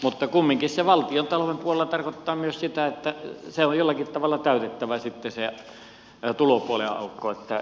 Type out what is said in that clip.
mutta kumminkin se valtiontalouden puolella tarkoittaa myös sitä että on jollakin tavalla täytettävä sitten se tulopuolen aukko